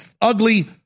ugly